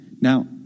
Now